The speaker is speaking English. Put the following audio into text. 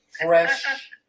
fresh